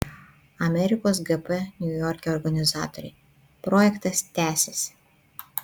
amerikos gp niujorke organizatoriai projektas tęsiasi